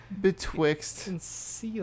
betwixt